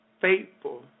faithful